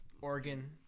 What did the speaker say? Oregon